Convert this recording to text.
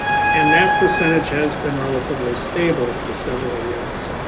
and that percentage has been relatively stable for several years.